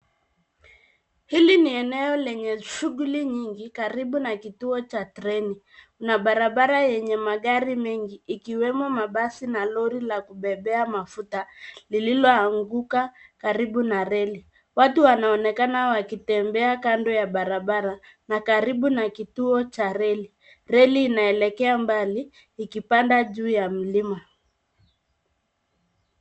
Hili ni eneo lenye shughuli nyingi karibu na kituo cha treni. Kuna barabara yenye magari mengi, ikiwemo mabasi na lori la kubebea mafuta lililoanguka karibu na reli. Watu wanaonekana wakitembea kando ya barabara na karibu na kituo cha reli. Reli inaelekea mbali ikipanda juu ya mlima.